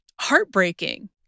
Heartbreaking